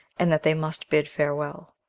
and that they must bid farewell.